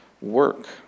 work